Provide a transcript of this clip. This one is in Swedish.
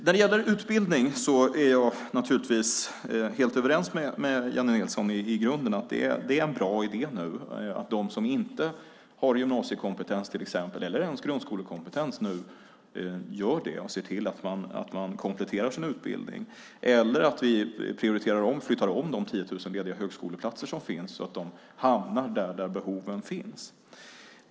När det gäller utbildning är jag i grunden naturligtvis helt överens med Jennie Nilsson om att det är en bra idé att de som inte har gymnasiekompetens, eller ens grundskolekompetens, ser till att komplettera sin utbildning. Eller så ska vi prioritera om de 10 000 lediga högskoleplatser som finns så att de hamnar där behoven finns.